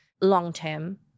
long-term